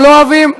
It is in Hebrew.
לא אוהבים,